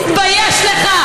תתבייש לך,